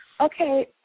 Okay